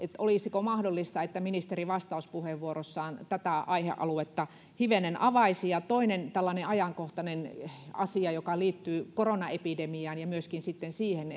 olisiko mahdollista että ministeri vastauspuheenvuorossaan tätä aihealuetta hivenen avaisi ja toinen tällainen ajankohtainen asia joka liittyy koronaepidemiaan ja myöskin siihen